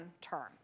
term